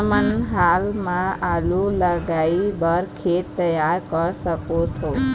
हमन हाल मा आलू लगाइ बर खेत तियार कर सकथों?